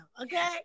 Okay